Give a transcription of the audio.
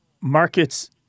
markets